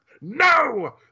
No